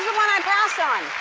one i passed on?